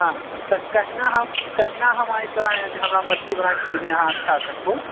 हाँ तऽ कहिना हम कहिना हम आइ तोरा इहाँ जे हमरा मछली बनाए कऽ खिलेबही अच्छासँ खूब